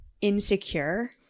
insecure